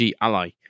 Ally